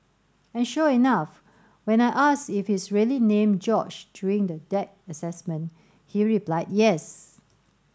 and sure enough when I asked if he's really named George during the deck assessment he replied yes